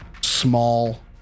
small